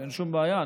אין שום בעיה.